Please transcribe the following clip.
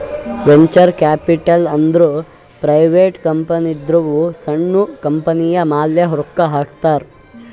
venture capital ಅಂದುರ್ private ಕಂಪನಿದವ್ರು ಸಣ್ಣು ಕಂಪನಿಯ ಮ್ಯಾಲ ರೊಕ್ಕಾ ಹಾಕ್ತಾರ್